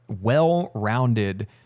well-rounded